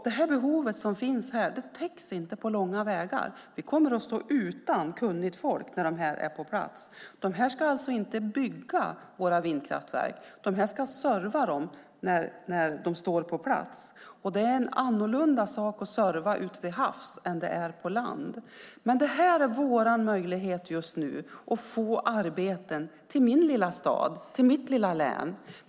Det behov som finns täcks inte på långa vägar. Vi kommer att stå utan kunnigt folk när de står på plats. Dessa människor ska inte bygga våra vindkraftverk utan serva dem när de står på plats. Det är annorlunda att serva ute till havs än vad det är på land. Detta är just nu vår möjlighet att få arbete till min lilla stad och mitt lilla län.